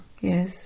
Yes